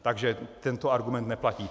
Takže tento argument neplatí.